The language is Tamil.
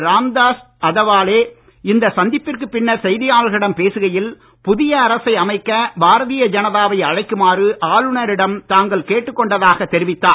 ராம்தாஸ் அதவாலே இந்த சந்திப்பிற்குப் பின்னர் செய்தியாளர்களிடம் பேசுகையில் புதிய அரசை அமைக்க பாரதீய ஜனதாவை அழைக்குமாறு ஆளுநரிடம் தாங்கள் கேட்டுக் கொண்டதாகத் தெரிவித்தார்